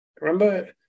Remember